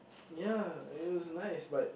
ya it was nice but